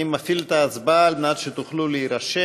אני מפעיל את ההצבעה על מנת שתוכלו להירשם.